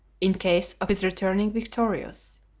in case of his returning victorious.